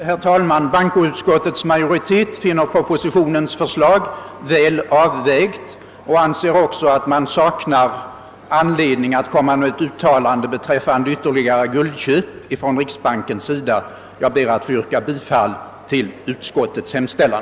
Herr talman! Bankoutskottets majoritet finner propositionens förslag väl avvägt och anser också att det saknas anledning att göra ett uttalande beträffande ytterligare guldköp från riksbankens sida. Jag ber att få yrka bifall till utskottets hemställan.